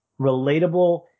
relatable